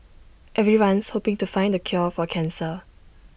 everyone's hoping to find the cure for cancer